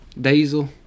diesel